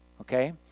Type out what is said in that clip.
Okay